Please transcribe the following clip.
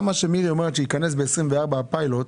גם מה שמירי אומרת שייכנס ב-2024 הפיילוט,